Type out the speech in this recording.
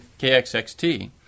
KXXT